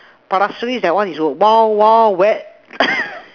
Pasir-Ris that one is a wild wild wet